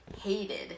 hated